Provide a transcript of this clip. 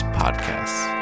podcasts